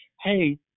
hey